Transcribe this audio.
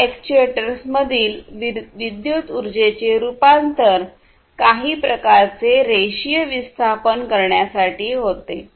या अॅक्ट्युएटर्समधील विद्युत ऊर्जेचे रूपांतर काही प्रकारचे रेषीय विस्थापन करण्यासाठी होते